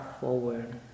forward